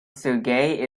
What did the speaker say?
sergey